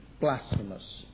blasphemous